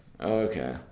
Okay